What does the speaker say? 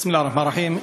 בסם אללה א-רחמאן א-רחים.